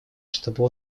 чтобы